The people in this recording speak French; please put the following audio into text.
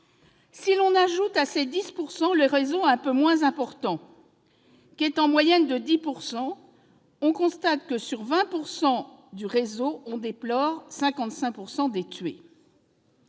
Si l'on ajoute à ces 10 % le réseau un peu moins important, qui est en moyenne de 10 %, on constate que, sur 20 % du réseau, on déplore 55 % des tués.